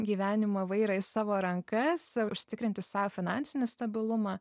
gyvenimo vairą į savo rankas užtikrinti sau finansinį stabilumą